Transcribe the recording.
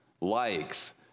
likes